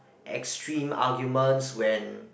extreme arguments when